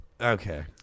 Okay